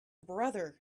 brother